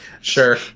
Sure